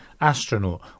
astronaut